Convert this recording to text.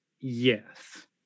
Yes